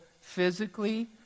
physically